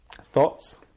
Thoughts